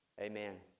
amen